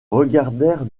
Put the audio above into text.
regardèrent